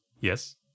Yes